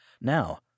Now